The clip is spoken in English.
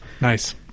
Nice